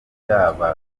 byabagoye